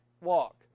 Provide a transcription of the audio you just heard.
walk